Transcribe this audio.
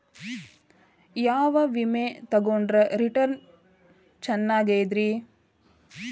ಯಾವ ವಿಮೆ ತೊಗೊಂಡ್ರ ರಿಟರ್ನ್ ಚೆನ್ನಾಗಿದೆರಿ?